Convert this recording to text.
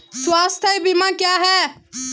स्वास्थ्य बीमा क्या है?